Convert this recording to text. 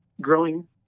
growing